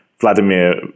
Vladimir